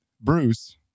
Bruce